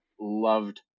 loved